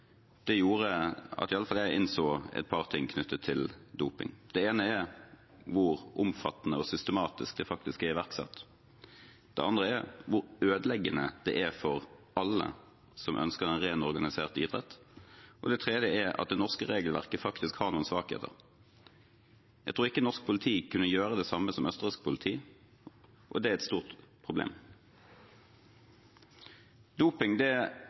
gjorde at i hvert fall jeg innså et par ting knyttet til doping. Det ene er hvor omfattende og systematisk det er iverksatt. Det andre er hvor ødeleggende det er for alle som ønsker en ren organisert idrett. Det tredje er at det norske regelverket har noen svakheter. Jeg tror ikke norsk politi kunne gjort det samme som østerriksk politi. Det er et stort problem. Doping ødelegger absolutt all glede ved idrett – det